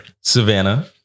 Savannah